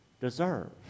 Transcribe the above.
deserve